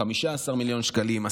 15 מיליון שקלים,